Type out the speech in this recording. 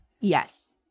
Yes